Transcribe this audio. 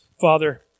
Father